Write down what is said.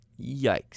Yikes